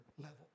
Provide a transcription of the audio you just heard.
level